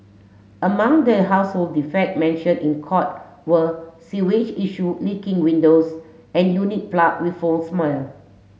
among the household defect mentioned in court were sewage issue leaking windows and unit plague with foul smell